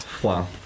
Wow